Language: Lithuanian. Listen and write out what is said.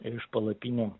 iš palapinių